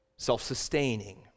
Self-sustaining